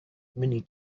many